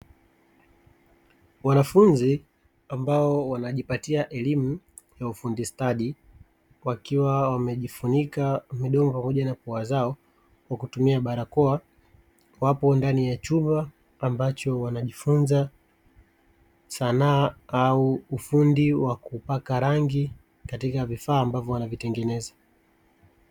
Wanafunzi ambao wanajipatia elimu ya ufundi stadi wakiwa wamejifunika midomo pamoja na pua zao kwa kutumia barakoa, wapo ndani ya chumba ambacho wanajifunza sanaa au ufundi wa kupaka rangi katika vifaa ambavyo wanavitengeneza.